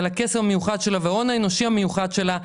על הקשר המיוחד שלה ועל ההון האנושי שלה.